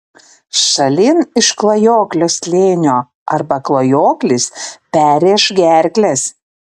šalin iš klajoklio slėnio arba klajoklis perrėš gerkles